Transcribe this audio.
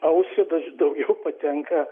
ausį daž daugiau patenka